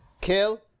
kill